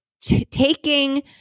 taking